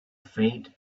faint